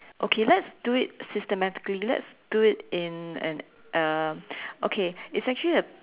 okay let's do it systematically let's do it in an um okay it's actually a